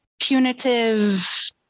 Punitive